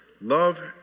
Love